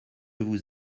vous